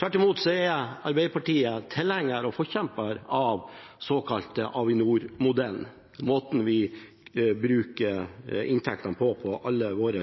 Tvert imot er Arbeiderpartiet tilhenger av og forkjemper for den såkalte Avinor-modellen, måten vi bruker inntektene på alle våre